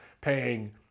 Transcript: paying